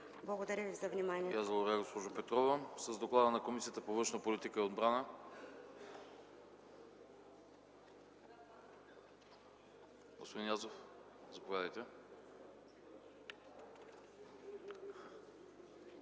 Благодаря Ви за вниманието.